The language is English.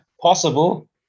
Possible